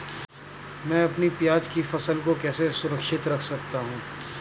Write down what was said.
मैं अपनी प्याज की फसल को कैसे सुरक्षित रख सकता हूँ?